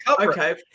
Okay